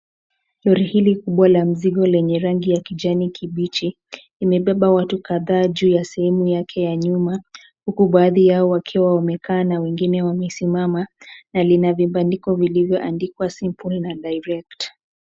Lori hili kubwa la mzigo lenye rangi ya kijani kibichi imebeba watu kadhaa juu yasehemu yake ya nyuma huku baadhi yao wakiwa wamekaa na wengine wamesimama na lina vibandiko viliyoandikwa simple na direct .